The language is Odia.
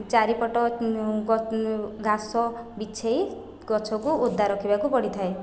ଚାରିପଟ ଘାସ ବିଛେଇ ଗଛକୁ ଓଦା ରଖିବାକୁ ପଡ଼ିଥାଏ